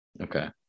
okay